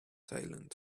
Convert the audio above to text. silent